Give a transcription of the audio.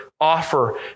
offer